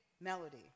melody